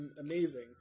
amazing